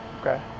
Okay